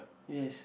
yes